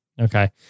Okay